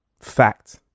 Fact